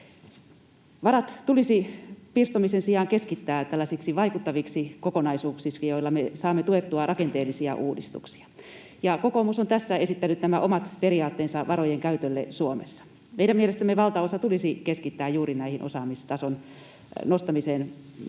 Varat tulisi pirstomisen sijaan keskittää tällaisiksi vaikuttaviksi kokonaisuuksiksi, joilla me saamme tuettua rakenteellisia uudistuksia. Kokoomus on tässä esittänyt omat periaatteensa varojen käytölle Suomessa. Meidän mielestämme valtaosa tulisi keskittää juuri osaamistason nostamiseen,